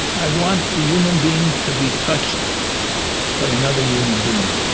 i want the human being to be touched by another human being